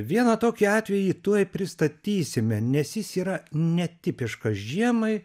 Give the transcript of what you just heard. vieną tokį atvejį tuoj pristatysime nes jis yra netipiškas žiemai